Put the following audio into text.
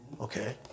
Okay